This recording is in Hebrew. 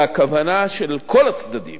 והכוונה של כל הצדדים